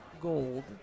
gold